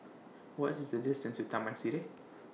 What IS The distance to Taman Sireh